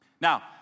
Now